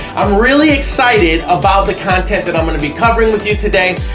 i'm really excited about the content that i'm going to be covering with you today,